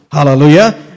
Hallelujah